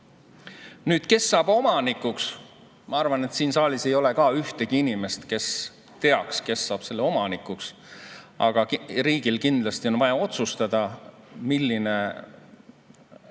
leida. Kes saab omanikuks? Ma arvan, et siin saalis ei ole ühtegi inimest, kes teaks, kes saab selle omanikuks. Aga riigil kindlasti on vaja otsustada, kui oluline